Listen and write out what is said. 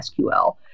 SQL